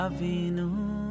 Avinu